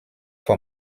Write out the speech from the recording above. for